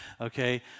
okay